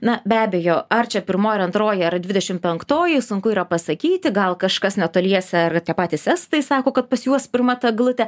na be abejo ar čia pirmoji ar antroji ar dvidešim penktoji sunku yra pasakyti gal kažkas netoliese ar tie patys estai sako kad pas juos pirma ta glutė